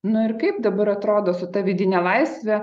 nu ir kaip dabar atrodo su ta vidine laisve